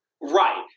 Right